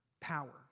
power